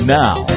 now